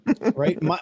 Right